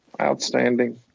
Outstanding